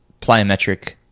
plyometric